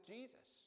Jesus